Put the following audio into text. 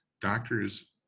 Doctors